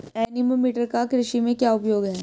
Anemometer का कृषि में क्या उपयोग है?